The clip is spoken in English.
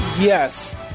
yes